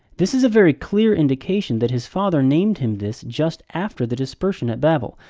this is a very clear indication that his father named him this just after the dispersion at babel,